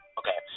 okay